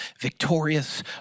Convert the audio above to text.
victorious